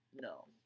No